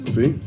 See